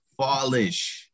fallish